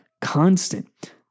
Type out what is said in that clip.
constant